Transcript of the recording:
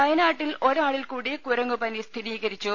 വയനാട്ടിൽ ഒരാളിൽ കൂടി കുരങ്ങുപന്നി സ്ഥിരീകരിച്ചു